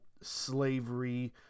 slavery